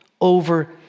over